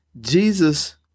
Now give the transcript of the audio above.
Jesus